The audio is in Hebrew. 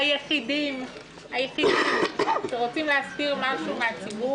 היחידים שרוצים להסתיר משהו מהציבור